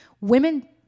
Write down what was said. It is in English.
women